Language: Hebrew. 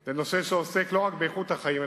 זה נושא שעוסק לא רק באיכות החיים,